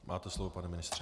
Máte slovo, pane ministře.